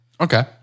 Okay